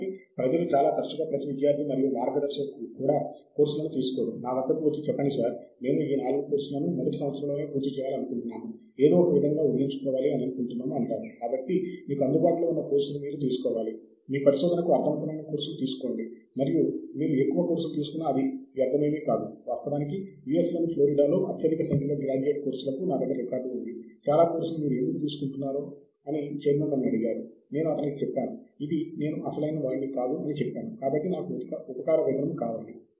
కాబట్టి ఈ ప్రచురణకర్త యొక్క ఆన్లైన్ వనరుల వెబ్సైట్లను ఏమిటో మనం తప్పక తెలుసుకోవాలి కనుగొనాలి తద్వారా మనము అక్కడ మనకు అవసరమైన వ్యాసాల కోసం మనం శోధించవచ్చు